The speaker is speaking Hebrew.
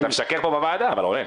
אתה משקר פה בוועדה, אבל רונן.